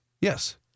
Yes